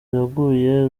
yaguye